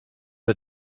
the